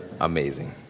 amazing